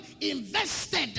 invested